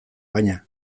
baina